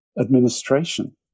administration